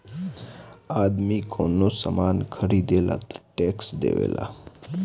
आदमी कवनो सामान ख़रीदेला तऽ टैक्स देवेला